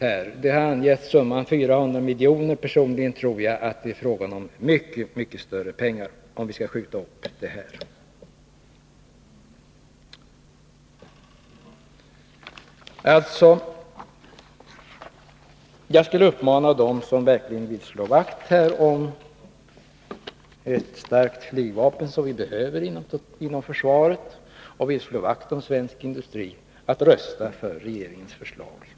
Summan har angetts till 400 miljoner. Personligen tror jag att det blir fråga om ett mycket större belopp om vi skjuter upp detta. Jag uppmanar dem som verkligen vill slå vakt om ett starkt flygvapen — vilket vi behöver inom försvaret — och svensk industri, att rösta för regeringens förslag i dag.